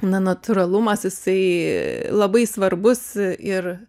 na natūralumas jisai labai svarbus ir